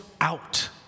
out